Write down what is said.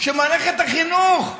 מערכת החינוך,